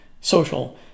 social